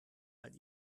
halt